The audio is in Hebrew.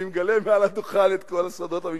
אני מגלה מעל הדוכן את כל הסודות המשפחתיים.